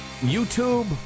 youtube